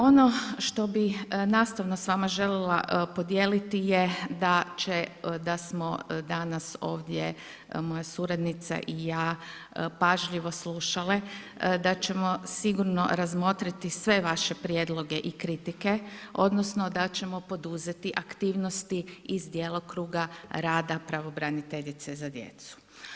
Ono što bi nastavno s vama željela podijeliti da će, da smo danas ovdje moja suradnica i ja pažljivo slušale, da ćemo sigurno razmotriti sve vaše prijedloge i kritike, odnosno, da ćemo poduzeti aktivnosti iz djelokruga rada pravobraniteljice za djecu.